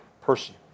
person